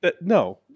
No